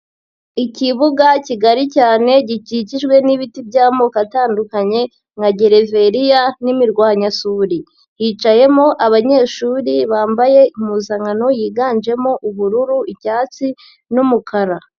Ikibuga kigari cyane gikikijwe n'ibiti by'amoko atandukanye nka gereveriya n'imirwanyasuri, hicayemo abanyeshuri bambaye impuzankano yiganjemo ubururu, icyatsi n'umukara.